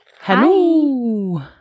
Hello